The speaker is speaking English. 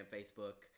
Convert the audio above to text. Facebook